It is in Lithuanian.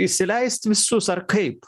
įsileist visus ar kaip